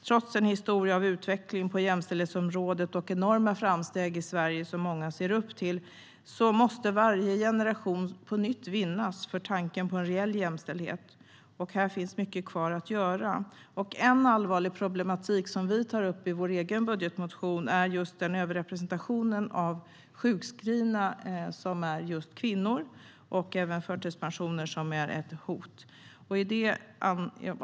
Trots en historia av utveckling på jämställdhetsområdet och enorma framsteg i Sverige, som många ser upp till, måste varje generation på nytt vinnas för tanken på en reell jämställdhet. Här finns mycket kvar att göra. En allvarlig problematik som vi tar upp i vår egen budgetmotion är överrepresentationen av kvinnor bland sjukskrivna och även förtidspensionerade, vilket är ett hot.